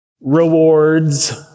rewards